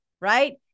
right